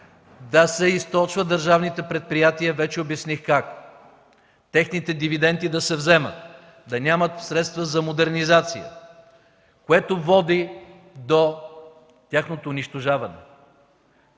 да се източват държавните предприятия – вече обясних как, техните дивиденти да се вземат, да нямат средства за модернизация, което води до тяхното унищожаване